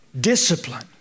discipline